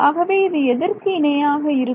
ஆகவே இது எதற்கு இணையாக இருக்கும்